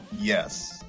yes